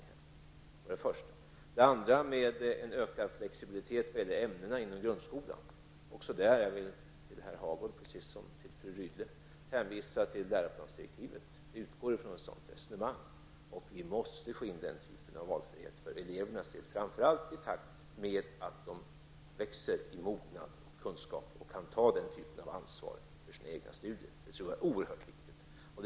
Det var det första. Det andra gällde en ökad flexibilitet när det gäller ämnen inom grundskolan. Där vill jag till herr Hagård, precis som till fru Rydle, hänvisa till läroplansdirektivet. Vi utgår ifrån ett sådant resonemang. Vi måste få in den typen av valfrihet för elevernas del, framför allt i takt med att de växer i mognad och kunskap och kan ta den typen av ansvar för sina egna studier. Det tror jag är oerhört viktigt.